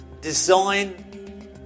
design